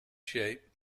shape